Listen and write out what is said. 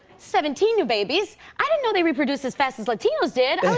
seventeen new babies. i didn't know they reproduced as fast as latinos did.